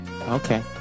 Okay